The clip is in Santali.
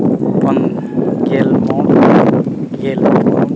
ᱜᱮᱞ ᱢᱚᱬᱮ ᱜᱮᱞ ᱯᱩᱱ